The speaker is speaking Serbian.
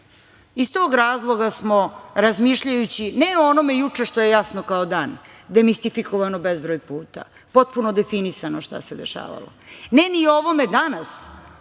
Iz tog razloga smo razmišljajući ne o onome juče što je jasno kao dan, demistifikovano bezbroj puta, potpuno definisano šta se dešavalo, ne ni ovome danas,